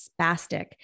spastic